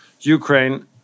Ukraine